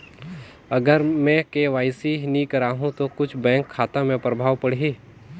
अगर मे के.वाई.सी नी कराहू तो कुछ बैंक खाता मे प्रभाव पढ़ी?